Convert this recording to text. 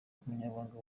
umunyamabanga